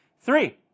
Three